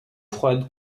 froides